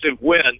win